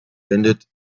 bendit